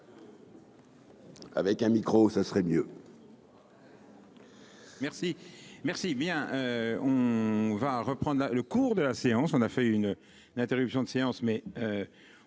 Avec un micro, ça serait mieux. Merci, merci bien, on va reprendre le cours de la séance, on a fait une une interruption de séance, mais